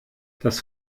das